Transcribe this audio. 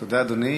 תודה, אדוני.